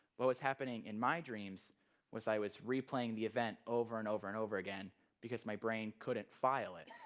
what was happening in my dreams was i was replaying the event over and over and over again because my brain couldn't file it.